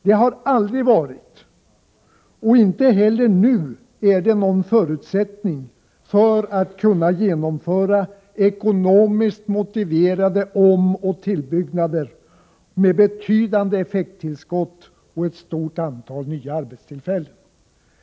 Detta har aldrig varit, och är inte heller nu, någon förutsättning för att kunna genomföra ekonomiskt motiverade omoch tillbyggnader som skulle ge betydande effekttillskott och ett stort antal nya arbetstillfällen.